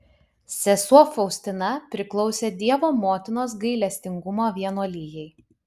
sesuo faustina priklausė dievo motinos gailestingumo vienuolijai